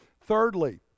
Thirdly